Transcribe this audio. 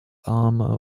armour